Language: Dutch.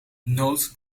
nood